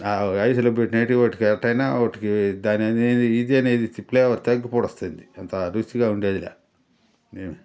ఐస్లో పెట్నెేటివి వాటికెటైనా వాటికీ దాని నీ ఇదనేది ఫ్లేవర్ తగ్గిపోస్తది అంత రుచిగా ఉండేది లే నేన్